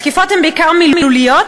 התקיפות הן בעיקר מילוליות,